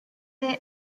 did